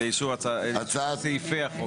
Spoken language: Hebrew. אישור סעיפי החוק.